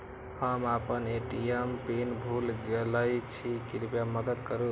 हम आपन ATM PIN भूल गईल छी, कृपया मदद करू